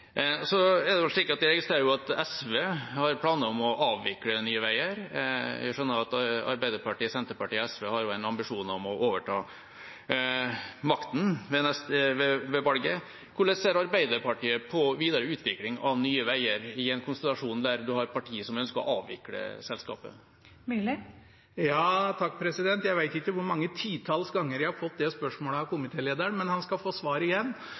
Jeg registrerer at SV har planer om å avvikle Nye Veier, og jeg skjønner at Arbeiderpartiet, Senterpartiet og SV har en ambisjon om å overta makta ved valget. Hvordan ser Arbeiderpartiet på videre utvikling av Nye Veier i en konstellasjon med partier som ønsker å avvikle selskapet? Jeg vet ikke hvor mange titalls ganger jeg har fått det spørsmålet fra komitélederen, men han skal få svar igjen.